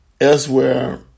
Elsewhere